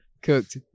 Cooked